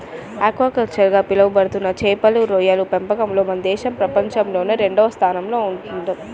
aquaculture గా పిలవబడుతున్న చేపలు, రొయ్యల పెంపకంలో మన దేశం ప్రపంచంలోనే రెండవ స్థానంలో ఉందంట